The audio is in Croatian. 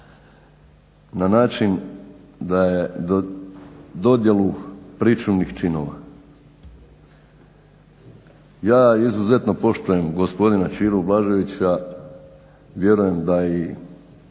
na način da je dodjelu pričuvnih činova. Ja izuzetno poštujem gospodina Ćiru Blaževića, vjerujem da i